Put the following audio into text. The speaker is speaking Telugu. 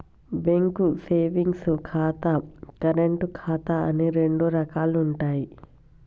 బ్యేంకు సేవింగ్స్ ఖాతా, కరెంటు ఖాతా అని రెండు రకాలుంటయ్యి